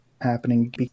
happening